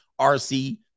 RC